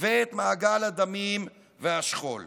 ואת מעגל הדמים והשכול,